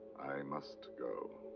i must go.